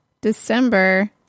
December